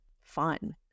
fun